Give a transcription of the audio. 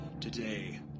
Today